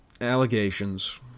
allegations